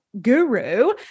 guru